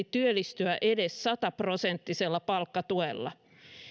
työllistyä edes sataprosenttisella palkkatuella